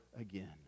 again